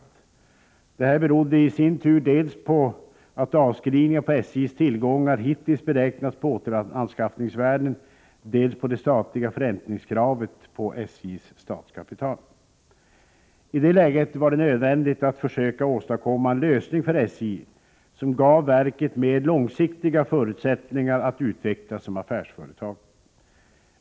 Detta berodde i sin tur dels på att avskrivningar på SJ:s tillgångar hittills beräknats på återanskaffningsvärden, dels på det statliga förräntningskravet på SJ:s statskapital. I det läget var det nödvändigt att försöka åstadkomma en lösning för SJ som gav verket mer långsiktiga förutsättningar att utvecklas som affärsföretag.